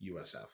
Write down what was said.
USF